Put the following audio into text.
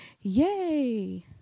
Yay